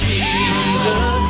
Jesus